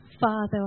Father